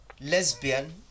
lesbian